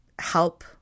help